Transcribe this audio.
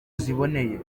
ziboneye